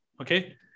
okay